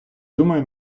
думаю